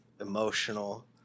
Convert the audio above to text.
emotional